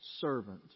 servant